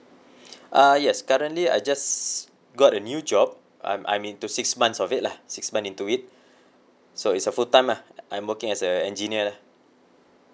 uh yes currently I just got a new job I'm I'm into six months of it lah six month into it so it's a full time lah I'm working as a engineer lah